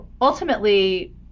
ultimately